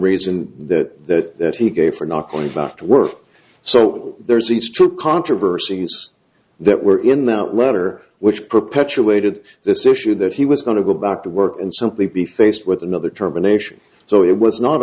reason that he gave for not going back to work so there's these two controversy use that were in that letter which perpetuated this issue that he was going to go back to work and simply be faced with another determination so it was not